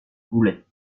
boulet